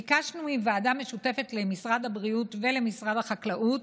ביקשנו מוועדה משותפת למשרד הבריאות ולמשרד החקלאות